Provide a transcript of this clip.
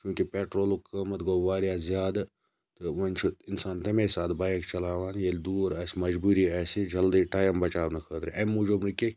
چونٛکہِ پیٚٹرولُک قیمَتھ گوٚو واریاہ زیادٕ تہٕ وۄنۍ چھُ اِنسان تمے ساتہٕ بایک چَلاوان ییٚلہِ دوٗر آسہِ مَجبوری آسہِ جَلدی ٹایِم بَچاونہٕ خٲطرٕ امہِ موٗجوب نہٕ کینٛہہ